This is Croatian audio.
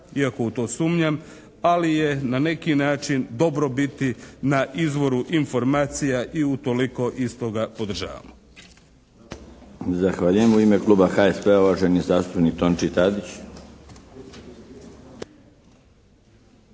iako u to sumnjam. Ali je na neki način dobro biti na izvoru informacija. I u toliko i stoga podržavamo.